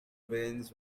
veins